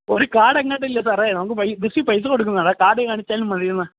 ഒരു കാർഡ് എങ്ങാനുമില്ലേ സാറേ നമുക്ക് ബസിൽ പൈസ കൊടുക്കുന്നത് കാർഡ് കാണിച്ചാലും മതിയെന്ന്